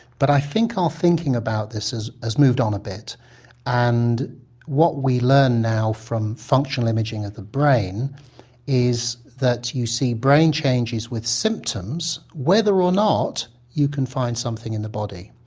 but i think our thinking about this has moved on a bit and what we learn now from functional imaging of the brain is that you see brain changes with symptoms whether or not you can find something in the body.